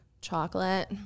Chocolate